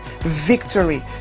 victory